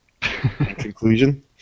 Conclusion